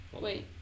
Wait